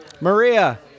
Maria